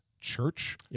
church